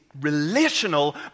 relational